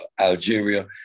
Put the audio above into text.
Algeria